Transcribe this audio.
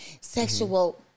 sexual